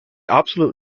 obsolete